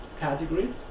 categories